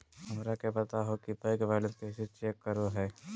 हमरा के बताओ कि बैंक बैलेंस कैसे चेक करो है?